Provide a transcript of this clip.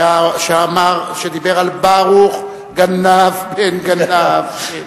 שדיבר על "ברוך, גנב בן גנב".